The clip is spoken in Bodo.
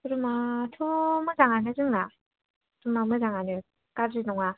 रुमाथ' मोजाङानो जोंना रुमा मोजाङानो गाज्रि नङा